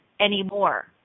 anymore